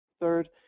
Third